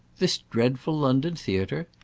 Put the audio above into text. this dreadful london theatre?